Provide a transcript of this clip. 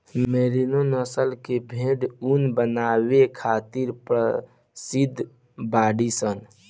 merino नस्ल के भेड़ ऊन बनावे खातिर प्रसिद्ध बाड़ीसन